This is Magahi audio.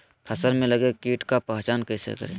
फ़सल में लगे किट का पहचान कैसे करे?